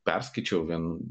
perskaičiau vien